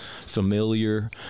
familiar